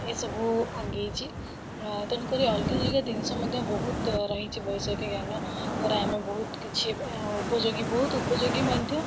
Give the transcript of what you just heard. ଏସବୁ ଆଗେଇଛି ତେଣୁକରି ଅଲଗା ଅଲଗା ଜିନିଷ ମଧ୍ୟ ବହୁତ ରହିଛି ବୈଷୟିକଜ୍ଞାନ ଦ୍ୱାରା ଆମେ ବହୁତ କିଛି ଉପଯୋଗୀ ବହୁତ ଉପଯୋଗୀ ମଧ୍ୟ